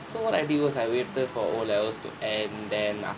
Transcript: so what I did was I waited for o levels to end then